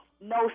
No